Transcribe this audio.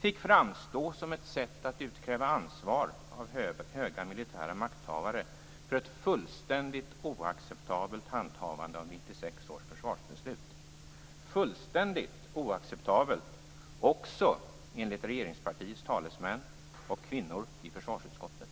fick framstå som ett sätt att utkräva ansvar av högre makthavare för ett fullständigt oacceptabelt handhavande av 1996 års försvarsbeslut. Det var fullständigt oacceptabelt också enligt regeringspartiets talesmän och taleskvinnor i försvarsutskottet.